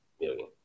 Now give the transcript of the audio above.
million